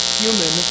human